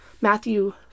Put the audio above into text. Matthew